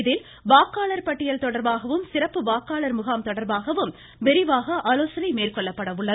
இதில் வாக்காளர் பட்டியல் தொடர்பாகவும் சிறப்பு வாக்காளர் முகாம் தொடர்பாகவும் விரிவாக ஆலோசனை மேற்கொள்ளப்பட உள்ளது